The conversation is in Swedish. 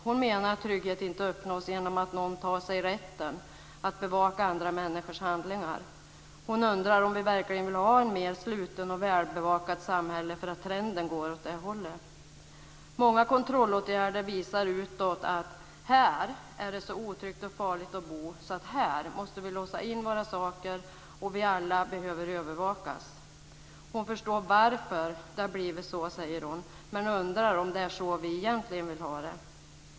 Hon menar att trygghet inte uppnås genom att någon tar sig rätten att bevaka andra människors handlingar. Hon undrar om vi verkligen vill ha ett mer slutet och välbevakat samhälle. Trenden går åt det hållet. Många kontrollåtgärder visar utåt att det här är så otryggt och farligt att bo att vi här måste låsa in våra saker och alla behöver övervakas. Hon säger att hon förstår varför det har blivit så, men hon undrar om det är så vi egentligen vill ha det.